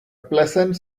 pleasant